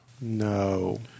No